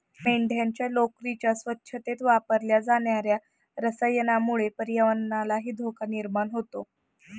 मेंढ्यांच्या लोकरीच्या स्वच्छतेत वापरल्या जाणार्या रसायनामुळे पर्यावरणालाही धोका निर्माण होतो